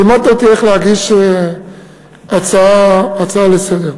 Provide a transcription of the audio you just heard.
לימדת אותי איך להגיש הצעה לסדר-היום.